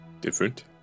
different